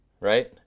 Right